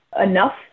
enough